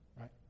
right